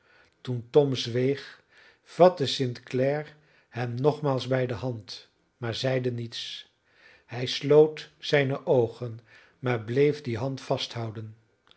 toen tom zweeg vatte st clare hem nogmaals bij de hand maar zeide niets hij sloot zijne oogen maar bleef die hand vasthouden